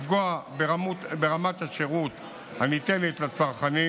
לפגוע ברמת השירות הניתנת לצרכנים